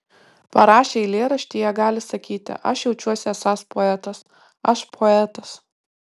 parašę eilėraštį jie gali sakyti aš jaučiuosi esąs poetas aš poetas